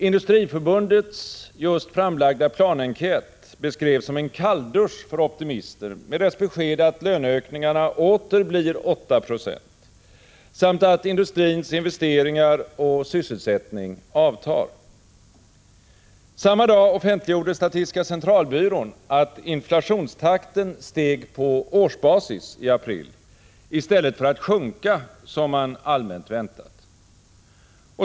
Industriförbundets just framlagda planenkät beskrevs som en kalldusch för optimister med dess besked att löneökningarna åter blir 8 20 samt att industrins investeringar och sysselsättning avtar. Samma dag offentliggjorde statistiska centralbyrån att inflationstakten steg på årsbasis i april i stället för att sjunka som man allmänt väntat.